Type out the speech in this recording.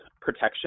protection